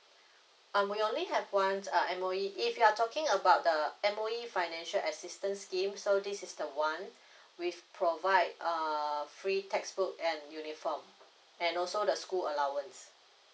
um we only have one uh M_O_E if you're talking about the M_O_E financial assistance scheme so this is the one with provide err free textbook and uniform and also the school allowance